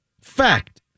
fact